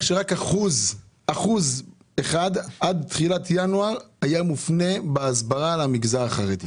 שרק אחוז אחד מההסברה עד תחילת ינואר היה מופנה למגזר החרדי.